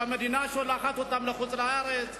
שהמדינה שולחת אותם לחוץ-לארץ,